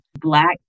Black